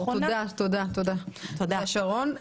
תודה, שרון.